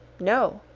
no.